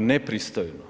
nepristojno.